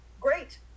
great